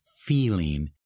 feeling